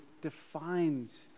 defines